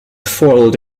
foiled